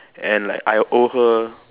and like I owe her